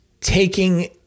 taking